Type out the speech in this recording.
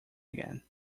again